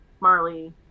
Marley